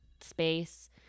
space